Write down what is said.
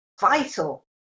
vital